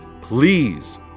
please